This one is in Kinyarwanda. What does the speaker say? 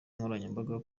nkoranyambaga